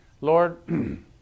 Lord